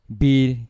bil